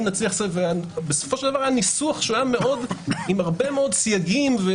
בסופו של דבר ניסוח עם הרבה מאוד סייגים.